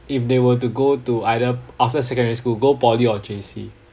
if they were to go to either after secondary school go poly or J_C